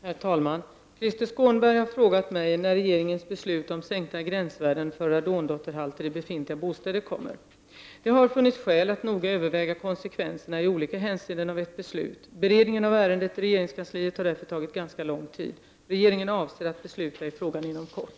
Herr talman! Krister Skånberg har frågat mig när regeringens beslut om sänkta gränsvärden för radondotterhalter i befintliga bostäder kommer. Det har funnits skäl att noga överväga konsekvenserna av ett beslut i olika hänseenden. Beredningen av ärendet i regeringskansliet har därför tagit ganska lång tid. Regeringen avser att besluta i frågan inom kort.